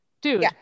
dude